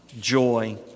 joy